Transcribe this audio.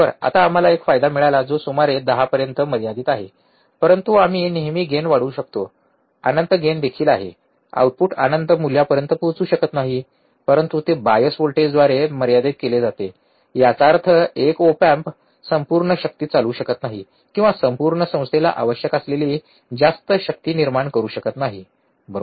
आता आम्हाला एक फायदा मिळाला जो सुमारे 10 पर्यंत मर्यादित आहे परंतु आम्ही नेहमी गेन वाढवू शकतो अनंत गेन देखील आहे आउटपुट अनंत मूल्यापर्यंत पोहोचू शकत नाही परंतु ते बायस व्होल्टेजद्वारे मर्यादित केले जाते याचा अर्थ एक ओप एम्प संपूर्ण शक्ती चालवू शकत नाही किंवा संपूर्ण संस्थेला आवश्यक असलेली जास्त शक्ती निर्माण करू शकत नाही बरोबर